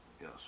Yes